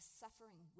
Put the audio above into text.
suffering